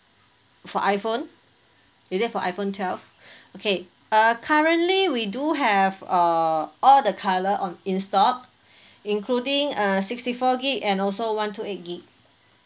for iphone is it for iphone twelve okay uh currently we do have err all the colour on in stock including err sixty four gig and also one two eight gig